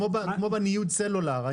זה כמו בניוד של חברות הסלולר האלה,